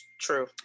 true